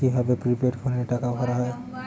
কি ভাবে প্রিপেইড ফোনে টাকা ভরা হয়?